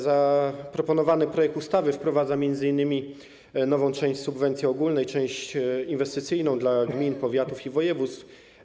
Zaproponowany projekt ustawy wprowadza m.in. nową część subwencji ogólnej, część inwestycyjną dla gmin, powiatów i województw.